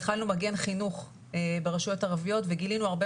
התחלנו מגן חינוך ברשויות הערביות וגילינו הרבה